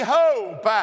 hope